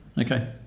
Okay